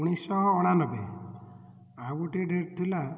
ଉଣେଇଶି ଶହ ଅଣାନବେ ଆଉ ଗୋଟେ ଡେଟ୍ ଥିଲା